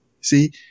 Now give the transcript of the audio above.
See